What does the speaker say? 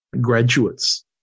graduates